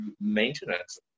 maintenance